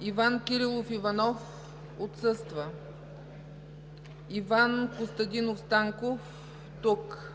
Иван Кирилов Иванов- отсъства Иван Костадинов Станков- тук